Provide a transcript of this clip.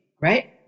Right